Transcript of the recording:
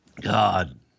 God